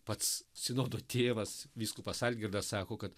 pats sinodo tėvas vyskupas algirdas sako kad